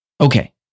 Okay